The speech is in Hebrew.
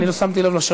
אני לא שמתי לב לשעון.